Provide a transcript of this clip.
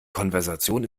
konversation